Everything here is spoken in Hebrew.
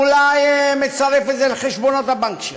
אולי מצרף את זה לחשבונות הבנק שלו.